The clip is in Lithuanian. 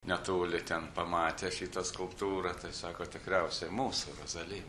netoli ten pamatė šitą skulptūrą tai sako tikriausiai mūsų rozali